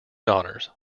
daughters